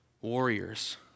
warriors